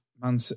man